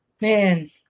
Man